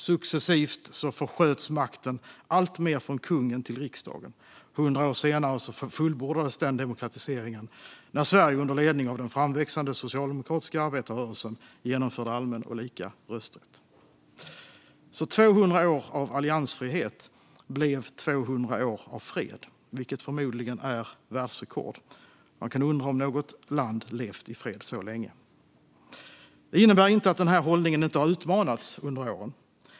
Successivt försköts makten alltmer från kungen till riksdagen. 100 år senare fullbordades denna demokratisering när Sverige under ledning av den framväxande socialdemokratiska arbetarrörelsen genomförde allmän och lika rösträtt. 200 år av alliansfrihet blev 200 år av fred, vilket förmodligen är världsrekord. Man kan undra om något land har levt i fred så länge. Det innebär inte att den här hållningen inte har utmanats under åren.